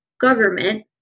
government